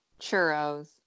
churros